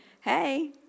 Hey